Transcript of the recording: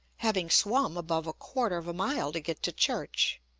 having swam above a quarter of a mile to get to church.